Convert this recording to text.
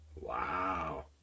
wow